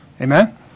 Amen